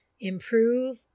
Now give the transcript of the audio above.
improve